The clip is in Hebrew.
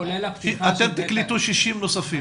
אתם תקלטו 60 נוספים?